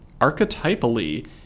Archetypally